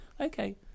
Okay